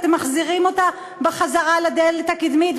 אתם מחזירים אותם בחזרה בדלת הקדמית.